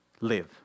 live